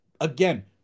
again